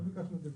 לא ביקשנו דיווח.